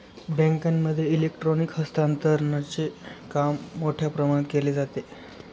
बँकांमध्ये इलेक्ट्रॉनिक हस्तांतरणचे काम मोठ्या प्रमाणात केले जाते